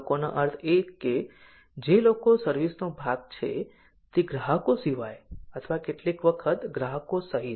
લોકોનો અર્થ એ છે કે જે લોકો સર્વિસ નો ભાગ છે તે ગ્રાહકો સિવાય અથવા કેટલીક વખત ગ્રાહકો સહિત